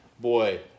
boy